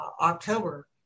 October